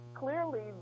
clearly